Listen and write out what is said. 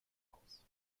raus